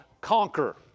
conquer